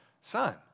son